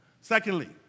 Secondly